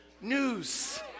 news